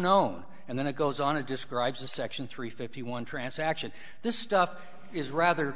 known and then it goes on to describes a section three fifty one transaction this stuff is rather